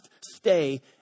stay